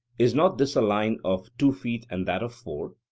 is not this a line of two feet and that of four?